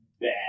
bad